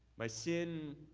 my sin,